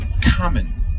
common